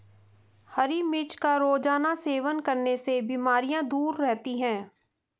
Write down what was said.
हरी मिर्च का रोज़ाना सेवन करने से बीमारियाँ दूर रहती है